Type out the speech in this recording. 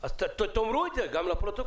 אז תאמרו את זה גם לפרוטוקול.